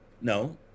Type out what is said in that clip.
No